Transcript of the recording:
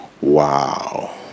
Wow